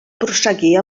prosseguir